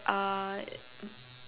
uh